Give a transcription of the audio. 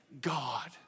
God